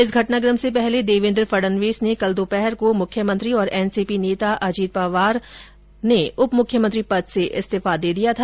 इस घटनाकम से पहले देवेंद्र फड़नवीस ने कल दोपहर को मुख्यमंत्री और एनसीपी नेता अजित पवार ने उपमुख्यमंत्री पद से इस्तीफा दे दिया था